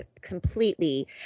completely